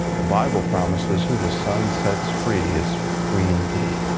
the bible promises who the son sets free is free indeed.